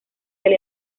del